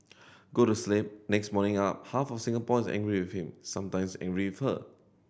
go to sleep next morning up half of Singapore is angry with him sometimes angry with her